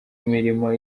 mirimo